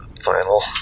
final